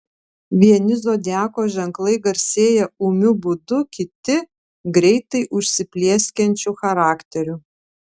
vieni zodiako ženklai garsėja ūmiu būdu kiti greitai užsiplieskiančiu charakteriu